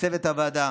לצוות הוועדה,